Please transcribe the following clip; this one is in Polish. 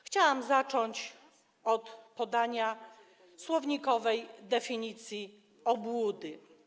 Chciałabym zacząć od podania słownikowej definicji obłudy.